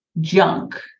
junk